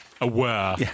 aware